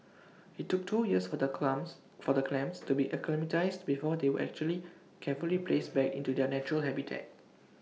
IT took two years for the for the clams to be acclimatised before they were actually carefully placed back into their natural habitat